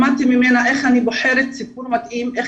למדתי ממנה איך אני בוחרת סיפור מתאים ואיך